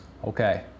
okay